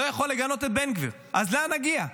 לא יכול לגנות את בן גביר, אז לאן נגיע?